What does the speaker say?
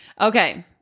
Okay